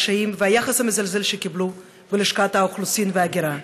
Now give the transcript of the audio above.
הקשיים והיחס המזלזל שקיבלו בלשכת האוכלוסין וההגירה,